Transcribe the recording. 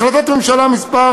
בהחלטת ממשלה מס'